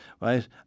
right